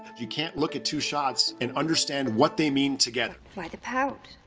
you can't look at two shots and understand what they mean together. why the pout?